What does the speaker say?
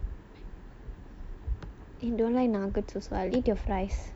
in don't like nuggets also I will eat the fries